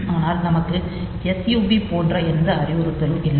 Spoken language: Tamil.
ஆனால் நமக்கு sub போன்ற எந்த அறிவுறுத்தலும் இல்லை